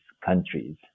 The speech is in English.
countries